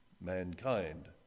mankind